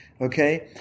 okay